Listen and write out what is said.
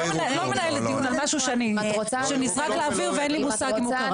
אני לא מנהלת דיון על משהו שנזרק לאוויר ואין לי מושג אם הוא קרה.